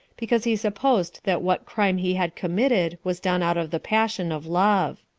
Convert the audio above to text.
because he supposed that what crime he had committed was done out of the passion of love.